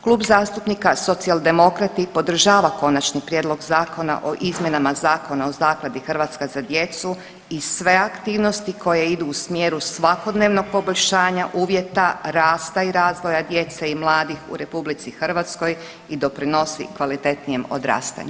Klub zastupnika Socijaldemokrati podržava Konačni prijedlog Zakona o izmjenama Zakona o Zakladi „Hrvatska za djecu“ i sve aktivnosti koje idu u smjeru svakodnevnog poboljšanja uvjeta, rasta i razvoja djece i mladih u RH i doprinosi kvalitetnijem odrastanju.